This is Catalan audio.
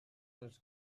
els